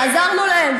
אמרתם שתעזרו להם,